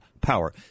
power